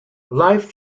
life